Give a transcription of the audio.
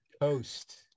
Coast